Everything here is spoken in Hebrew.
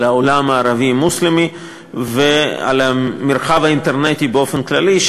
על העולם הערבי-מוסלמי ועל המרחב האינטרנטי באופן כללי,